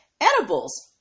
edibles